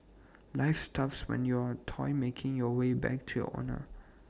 life's tough when you're A toy making your way back to your owner